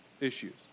issues